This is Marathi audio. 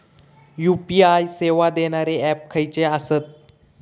यू.पी.आय सेवा देणारे ऍप खयचे आसत?